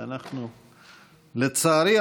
ולצערי,